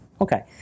Okay